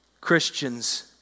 Christians